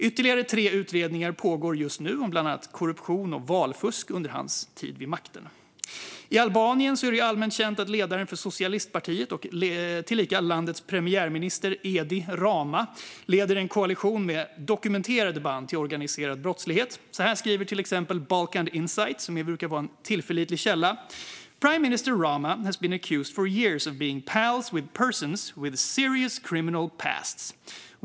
Ytterligare tre utredningar pågår just nu om bland annat korruption och valfusk under hans tid vid makten. I Albanien är det allmänt känt att ledaren för socialistpartiet tillika landets premiärminister Edi Rama leder en koalition med dokumenterade band till organiserad brottslighet. Så här skriver till exempel Balkan Insight, som brukar vara en pålitlig källa: "Prime Minister Rama has been accused for years of being pals with persons with serious criminal pasts.